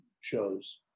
shows